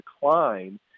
decline